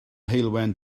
heulwen